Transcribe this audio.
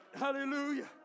Hallelujah